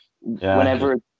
whenever